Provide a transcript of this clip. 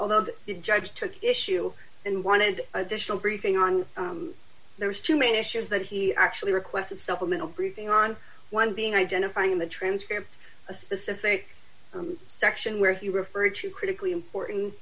although the judge took issue and wanted additional briefing on those two main issues that he actually requested supplemental briefing on one being identifying in the transcript a specific section where he referred to critically important